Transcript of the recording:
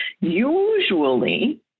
Usually